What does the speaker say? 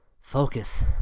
focus